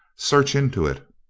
search into it